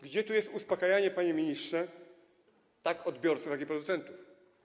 Gdzie tu jest uspokajanie, panie ministrze, tak odbiorców, jak i producentów?